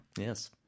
Yes